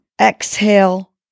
exhale